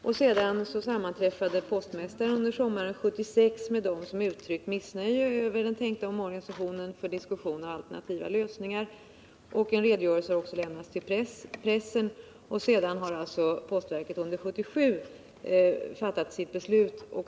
Därefter sammanträffade postmästaren under sommaren 1976 med dem som uttryckt missnöje över den tänkta omorganisationen för diskussion om alternativa lösningar. En redogörelse har också lämnats till pressen. Sedan har alltså postverket under 1977 fattat sitt beslut.